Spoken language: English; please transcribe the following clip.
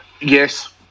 Yes